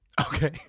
Okay